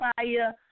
Fire